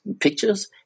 pictures